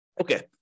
Okay